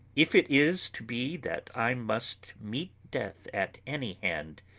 if it is to be that i must meet death at any hand,